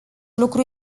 lucru